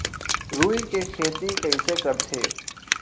रुई के खेती कइसे करथे?